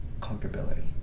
comfortability